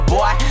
Boy